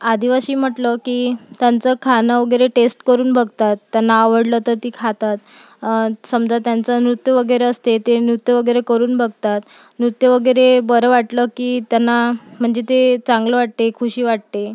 आदिवासी म्हटलं की त्यांचं खाणं वगैरे टेस्ट करून बघतात त्यांना आवडलं तर ती खातात समजा त्यांचं नृत्य वगैरे असते ते नृत्य वगैरे करून बघतात नृत्य वगैरे बरं वाटलं की त्यांना म्हणजे ते चांगलं वाटते खुशी वाटते